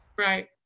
Right